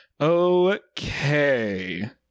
Okay